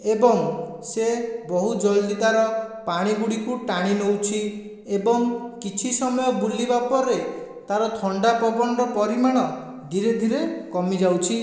ଏବଂ ସେ ବହୁତ ଜଲ୍ଦି ତାର ପାଣି ଗୁଡ଼ିକୁ ଟାଣି ନେଉଛି ଏବଂ କିଛି ସମୟ ବୁଲିବା ପରେ ତାର ଥଣ୍ଡା ପବନର ପରିମାଣ ଧୀରେ ଧୀରେ କମିଯାଉଛି